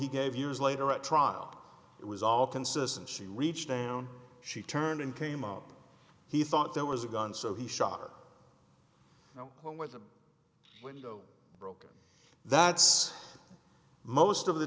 he gave years later at trial it was all consistent she reached down she turned and came up he thought there was a gun so he shot her you know where the window broke that's most of the